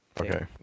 Okay